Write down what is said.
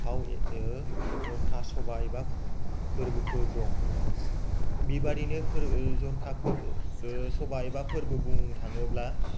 फाव जर'खा सभा एबा फोरबोफोर दं बेबायदिनो जर'खा सभा एबा फोरबो बुंनो थांङोब्ला